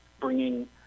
bringing